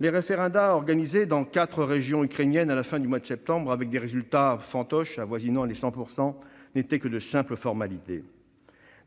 Les référendums organisés dans quatre régions ukrainiennes, à la fin du mois de septembre dernier, avec des résultats fantoches avoisinant les 100 %, n'étaient que de simples formalités.